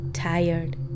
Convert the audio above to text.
tired